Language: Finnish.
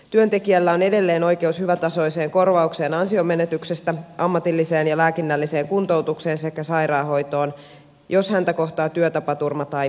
työntekijällä on edelleen oikeus hyvätasoiseen korvaukseen ansionmenetyksestä ammatilliseen ja lääkinnälliseen kuntoutukseen sekä sairaanhoitoon jos häntä kohtaa työtapaturma tai ammattitauti